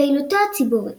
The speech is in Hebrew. פעילותו הציבורית